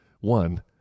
One